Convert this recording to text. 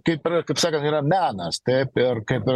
kaip yra kaip sakant yra menas taip kaip ir